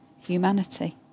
humanity